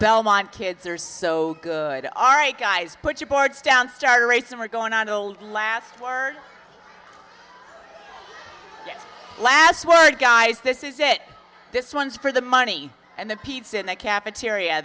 belmont kids are so good all right guys put your boards down star rates are going on old last word last word guys this is it this one's for the money and the pizza in the cafeteria